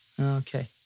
Okay